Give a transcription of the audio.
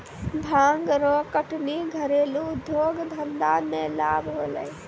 भांग रो कटनी घरेलू उद्यौग धंधा मे लाभ होलै